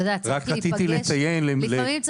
לפעמים,